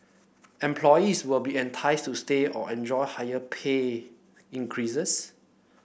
employees will be enticed to stay or enjoy higher pay increases